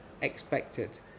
expected